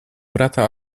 brata